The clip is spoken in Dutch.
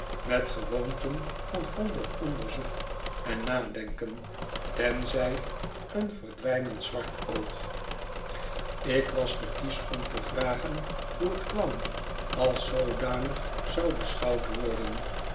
met gewoonten van grondig onderzoek en nadenken tenzij een verdwijnend zwart oog ik was te kiesch om te vragen hoe het kwam als zoodanig zou beschouwd worden